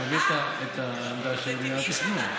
אני מביא את העמדה של מינהל התכנון.